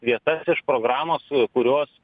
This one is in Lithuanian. vietas iš programos kurios